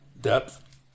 depth